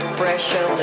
pressure